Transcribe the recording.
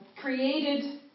created